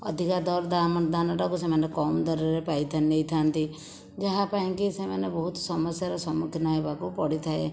ଅଧିକ ଦରଦାମ ଧାନଟାକୁ ସେମାନେ କମ ଦରରେ ପାଇ ନେଇଥାନ୍ତି ଯାହା ପାଇଁ କି ସେମାନେ ବହୁତ ସମସ୍ୟାରେ ସମ୍ମୁଖୀନ ହେବାକୁ ପଡ଼ିଥାଏ